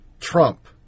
Trump